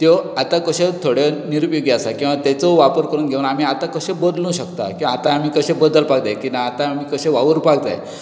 त्यो आता कश्यो थोड्यो निरउपयोगी आसा किंवां आता तेचो वापर करून घेवन आता कश्यो बदलूंक शकतात किंवां आता कशें बदलपाक जाय की ना आता आमी कशें वावूरपाक जाय